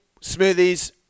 smoothies